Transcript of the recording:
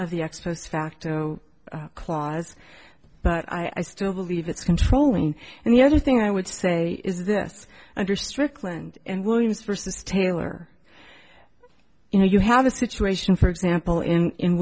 facto clause but i still believe it's controlling and the other thing i would say is this under strickland and williams versus taylor you know you have a situation for example in